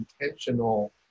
intentional